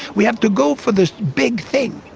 we have to go for the big thing.